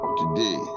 today